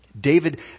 David